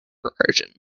recursion